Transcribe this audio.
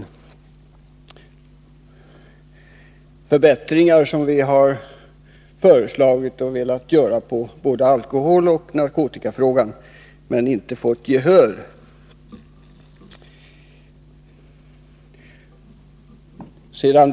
Det gäller förbättringar som vi har föreslagit och velat göra på både alkoholoch narkotikaområdet men som vi inte fått gehör för.